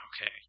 Okay